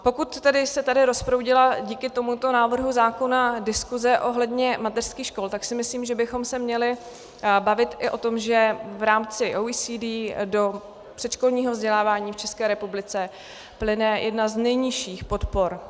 Pokud se tady rozproudila díky tomuto návrhu zákona diskuse ohledně mateřských škol, tak si myslím, že bychom se měli bavit i o tom, že v rámci OECD do předškolního vzdělávání v České republice plyne jedna z nejnižších podpor.